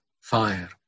fire